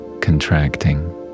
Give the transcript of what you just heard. contracting